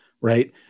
right